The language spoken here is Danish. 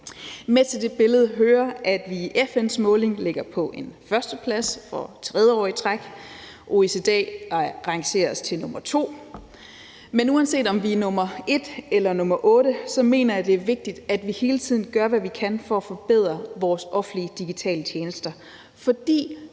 Med til det billede hører, at vi i FN's måling ligger på en førsteplads for tredje år i træk. OECD rangerer os til nummer to, men uanset om vi er nummer et eller nummer otte, mener jeg, det er vigtigt, at vi hele tiden gør, hvad vi kan, for at forbedre vores offentlige digitale tjenester.